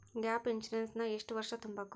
Gap insurance ನ ಎಷ್ಟ್ ವರ್ಷ ತುಂಬಕು?